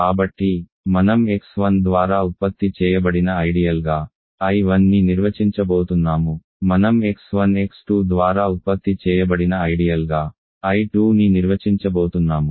కాబట్టి మనం x1 ద్వారా ఉత్పత్తి చేయబడిన ఐడియల్ గా I1ని నిర్వచించబోతున్నాము మనం x1 x2 ద్వారా ఉత్పత్తి చేయబడిన ఐడియల్ గా I2ని నిర్వచించబోతున్నాము